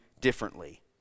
differently